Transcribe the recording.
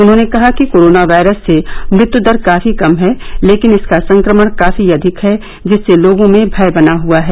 उन्होंने कहा कि कोरोना वायरस से मृत्य दर काफी कम है लेकिन इसका संक्रमण काफी अधिक है जिससे लोगों में भय बना हआ है